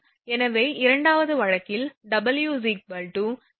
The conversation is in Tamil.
எனவே இரண்டாவது வழக்கில் 𝑊 K 120 √3− V0 2